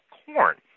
corn